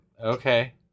okay